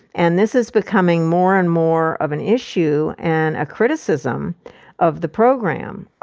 and this is becoming more and more of an issue and a criticism of the program.